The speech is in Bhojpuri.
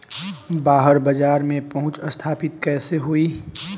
बाहर बाजार में पहुंच स्थापित कैसे होई?